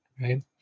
right